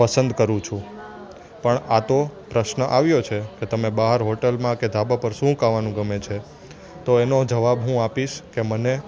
પસંદ કરું છું પણ આ તો પ્રશ્ન આવ્યો છે કે તમે બહાર હોટલમાં કે ધાબા પર શું ખાવાનું ગમે છે તો એનો જવાબ હું આપીશ કે મને